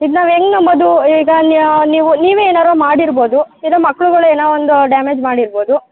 ಇದು ನಾವು ಹೇಗ್ ನಂಬೋದು ಈಗ ನೀವು ನೀವೆ ಏನಾದ್ರು ಮಾಡಿರ್ಬೋದು ಇಲ್ಲ ಮಕ್ಳುಗಳು ಏನೋ ಒಂದು ಡ್ಯಾಮೇಜ್ ಮಾಡಿರ್ಬೋದು